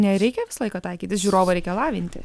nereikia visą laiką taikytis žiūrovą reikia lavinti